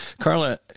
Carla